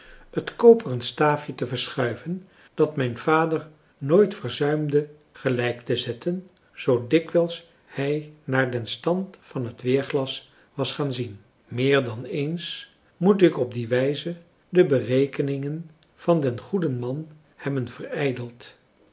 het koperen staafje te verschuiven dat mijn vader nooit verzuimde gelijk te zetten zoo dikwijls hij naar den stand van het weerglas was gaan zien meer dan eens moet ik op die wijze de berekeningen van den goeden man hebben verijdeld